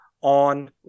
on